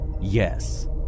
Yes